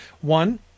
One